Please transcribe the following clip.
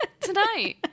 tonight